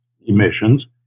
emissions